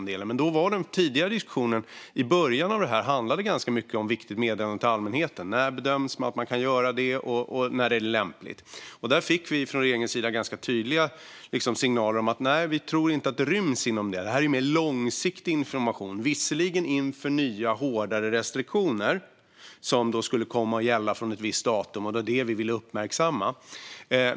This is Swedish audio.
Den tidigare diskussionen om detta handlade alltså ganska mycket om Viktigt meddelande till allmänheten - när bedömer man att det kan användas, och när är det lämpligt? Där fick vi i regeringen ganska tydliga signaler om att man inte trodde att detta skulle rymmas där. Det handlade ju om mer långsiktig information, visserligen inför nya, hårdare restriktioner som skulle gälla från ett visst datum, och det var detta vi ville uppmärksamma.